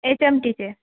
H M टीचे